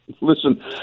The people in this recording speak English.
Listen